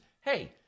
Hey